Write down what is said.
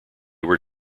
were